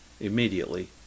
immediately